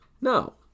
No